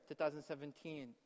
2017